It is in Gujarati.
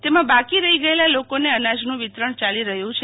તેમાં બાકી રહીગયેલા લોકોને અનાજનું વિતરણ ચાલી રહ્યું છે